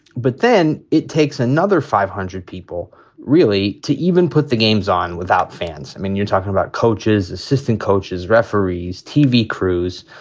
but then it takes another five hundred people really to even put the games on without fans. i mean, you're talking about coaches, assistant coaches, referees, tv crews.